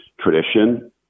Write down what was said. tradition